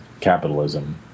capitalism